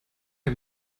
der